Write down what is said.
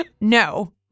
No